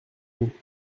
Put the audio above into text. nous